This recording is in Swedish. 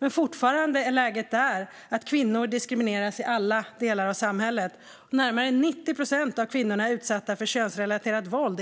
I Afghanistan diskrimineras fortfarande kvinnor i alla delar av samhället, och enligt Sida är närmare 90 procent av kvinnorna utsatta för könsrelaterat våld.